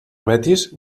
betis